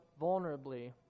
vulnerably